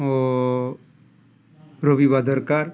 ଓ Rabi ବାଦକକାର୍